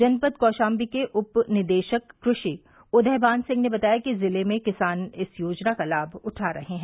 जनपद कौशाम्बी के उप निदेशक कृषि उदयभान सिंह ने बताया कि जिले में किसान इस योजना का लाभ उठा रहे हैं